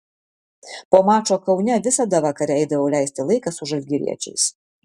po mačo kaune visada vakare eidavau leisti laiką su žalgiriečiais